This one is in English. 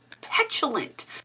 petulant